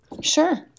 Sure